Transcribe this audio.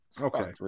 okay